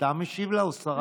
אתה משיב לה או שרת,